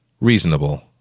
reasonable